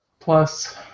Plus